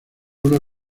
una